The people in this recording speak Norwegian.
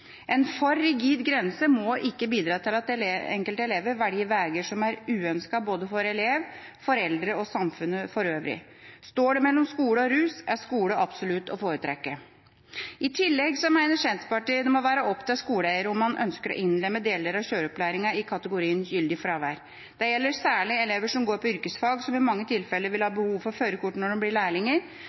En for rigid grense må ikke bidra til at enkelte elever velger veier som er uønskede for både elev, foreldre og samfunnet for øvrig. Står det mellom skole og rus, er skole absolutt å foretrekke. I tillegg mener Senterpartiet at det må være opp til skoleeier om man ønsker å innlemme deler av kjøreopplæringen i kategorien gyldig fravær. Det gjelder særlig elever som går på yrkesfag, og som i mange tilfeller vil ha behov for førerkort når de bli lærlinger, men det